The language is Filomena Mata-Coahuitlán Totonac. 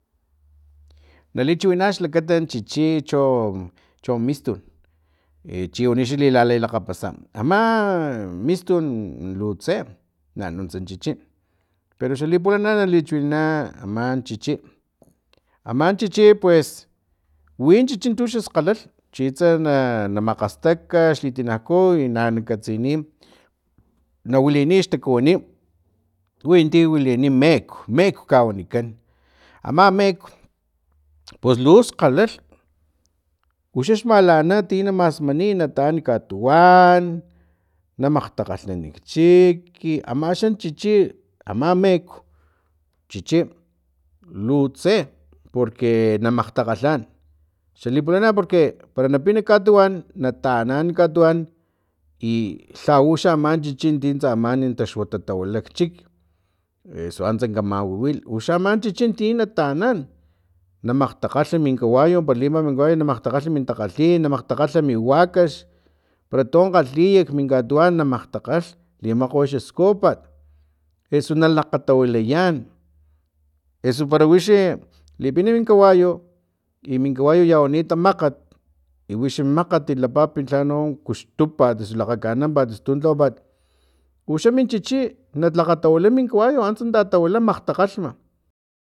Na li chiwina xlakata chichi cho mistun e chiwani xa la lilakgapasa ama mistun lu tse nanuntsa chichi pero xa li pulana na li chiwinanan aman chichi aman chichi pues win chichi tuxa skgalhalh chitsa na na makgastak xlitinaku i na nakatsini na wiliniy xtakuwini winti wilini mek mek kawnikan ama mek puslu skgalalh uxax malana tina masmani nataan katuwan na makgtakgalhnan xchik amxan chichi ama mek chichi lutse porque na makgtakgalhan xa lipulana porque para na pina katuwan na taanan katuwan i lhauxa aman chichi tintsa man taxuata tawilak chik eso angtsa ka mawiwil uxa aman chichi ti nataan na makgtakhalh min kawayu para limima min kawayu makgtakgalh min takgalhim na makgtalhalh mi wakax para ton kgalhiy kmin katuwan na makgtakgalh limakgwat skujpat eso na lakgatawilayan eso para wixi lipina min kawayu i min kawayu yawanit makgat i wixi makgat lapapi lha no kuxtununpat osu kakganampat osu tu tlawapat uxa min chichi nalakgatawila min kawayu antsa xa tatawila makgtakgalhma